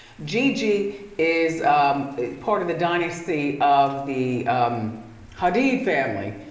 gigi is part of the dynasty of the hadid family.